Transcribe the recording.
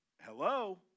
Hello